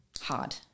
Hard